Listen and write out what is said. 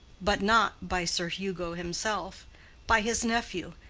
but not by sir hugo himself by his nephew,